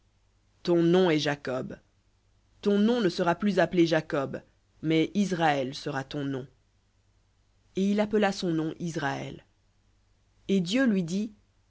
ton nom est jacob ton nom ne sera plus appelé jacob mais israël sera ton nom et il appela son nom israël et dieu lui dit